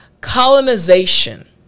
colonization